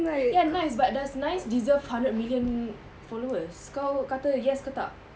ya nice but does nice deserve hundred million followers kau kata yes ke tak